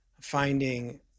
finding